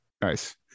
Nice